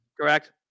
Correct